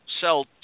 sell